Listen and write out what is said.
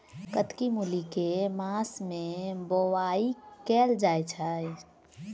कत्की मूली केँ के मास मे बोवाई कैल जाएँ छैय?